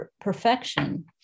perfection